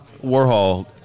Warhol